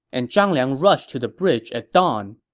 and zhang liang rushed to the bridge at dawn.